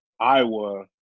Iowa